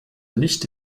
nicht